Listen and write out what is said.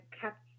kept